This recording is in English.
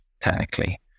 technically